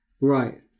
Right